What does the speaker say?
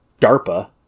DARPA